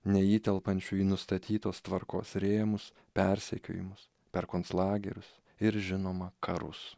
neįtelpančių į nustatytos tvarkos rėmus persekiojimus per konclagerius ir žinoma karus